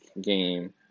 game